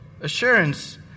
assurance